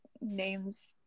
names